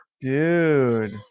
Dude